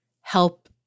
help